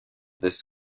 this